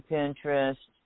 Pinterest